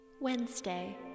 Wednesday